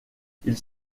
ils